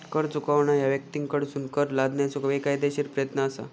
कर चुकवणा ह्या व्यक्तींकडसून कर लादण्याचो बेकायदेशीर प्रयत्न असा